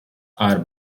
are